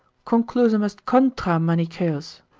conclusum est contra manichaeos,